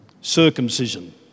Circumcision